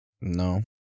No